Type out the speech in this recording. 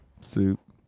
Soup